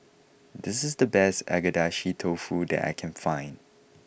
this is the best Agedashi Dofu that I can find